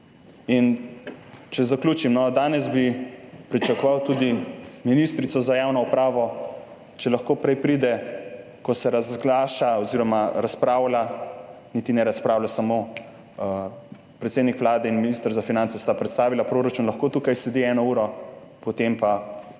In če zaključim, no, danes bi pričakoval tudi ministrico za javno upravo, če lahko prej pride, ko se razglaša oziroma razpravlja, niti ne razpravlja. Samo predsednik Vlade in minister za finance sta predstavila proračun. Lahko tukaj sedi eno uro, potem pa gre